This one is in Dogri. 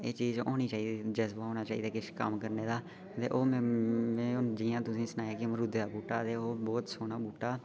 और एह् चीज होनी चाइदी जज्बा होना चाहििदा किश कम्म करने दा ते ओह मैं जियां तुसेंगी सनाया कि मरूदें दा बूह्टा ते बहुत सोहना बूह्टा